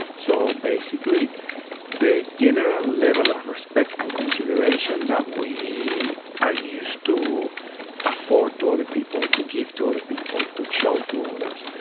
so basically the general level of respect and consideration that we are used to afford to other people, to give to other people, to show to others.